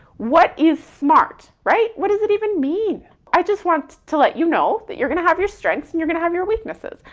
what is smart, right? what does it even mean? i just want to let you know that you're gonna have you're strengths and you're gonna have your weaknesses,